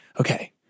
okay